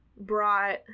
brought